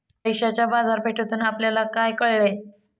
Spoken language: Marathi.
पैशाच्या बाजारपेठेतून आपल्याला काय कळले?